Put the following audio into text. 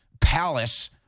palace